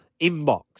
inbox